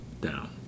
down